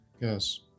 Yes